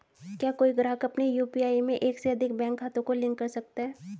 क्या कोई ग्राहक अपने यू.पी.आई में एक से अधिक बैंक खातों को लिंक कर सकता है?